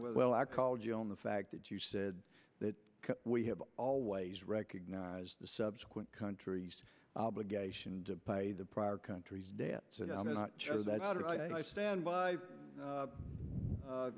well i called you on the fact that you said that we have always recognized the subsequent countries obligation to pay the prior countries debt and i'm not sure that i stand